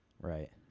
Right